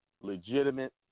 legitimate